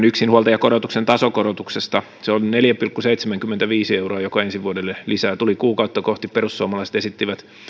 yksinhuoltajakorotuksen tasokorotuksesta ja se on neljä pilkku seitsemänkymmentäviisi euroa joka ensi vuodelle tuli lisää kuukautta kohti perussuomalaiset esittivät